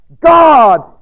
God